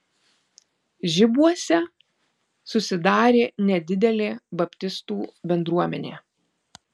žibuose susidarė nedidelė baptistų bendruomenė